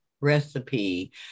recipe